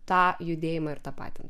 tą judėjimą ir tapatina